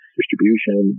distribution